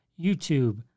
YouTube